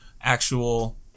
actual